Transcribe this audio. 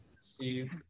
see